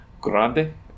grande